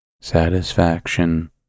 satisfaction